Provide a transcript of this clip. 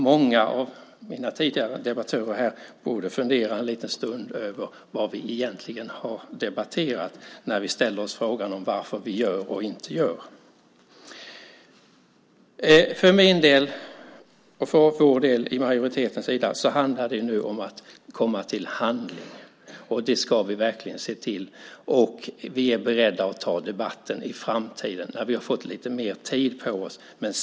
Många av mina tidigare debattörer borde fundera en liten stund på vad vi egentligen har debatterat när vi ställer oss frågan om varför vi gör och inte gör. För min och majoritetens del handlar det om att komma till handling, och det ska vi verkligen se till att göra. Vi är beredda att ta debatten i framtiden när vi har fått lite mer tid på oss.